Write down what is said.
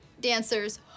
dancers